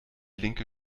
linke